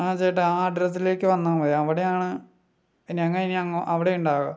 ആ ചേട്ടാ ആ അഡ്രസ്സിലേക്ക് വന്നാൽ മതി അവിടെയാണ് ഞങ്ങൾ ഇനി അവിടെ ഉണ്ടാവുക